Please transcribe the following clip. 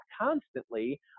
constantly